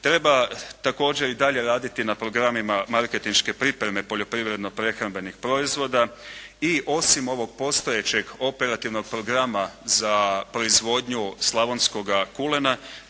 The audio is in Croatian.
Treba također i dalje raditi na programima marketinške pripreme poljoprivredno-prehrambenih proizvoda i osim ovog postojećeg operativnog programa za proizvodnju slavonskoga kulena